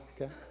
okay